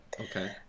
Okay